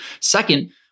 Second